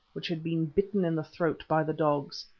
which had been bitten in the throat by the dogs.